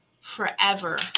forever